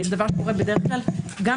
יש